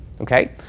Okay